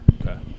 okay